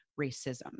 racism